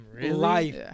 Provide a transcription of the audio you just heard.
life